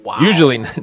Usually